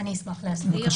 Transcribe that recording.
אני אשמח להסביר.